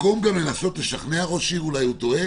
אתם לא נותנים מקום גם לנסות לשכנע ראש עיר אולי הוא טועה?